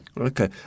Okay